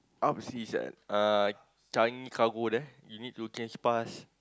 Ups is at Changi cargo there you need to change pass